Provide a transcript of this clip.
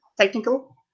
technical